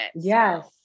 Yes